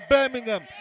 Birmingham